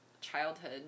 childhood